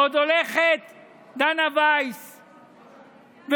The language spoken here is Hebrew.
ועוד הולכת דנה ויס ואומרת.